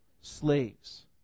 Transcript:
slaves